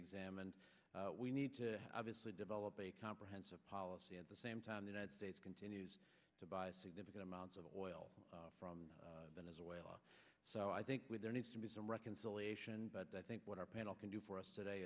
examined we need to obviously develop a comprehensive policy at the same time the united states continues to buy a significant amounts of oil from venezuela so i think with there needs to be some reconciliation but i think what our panel can do for us today